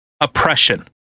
oppression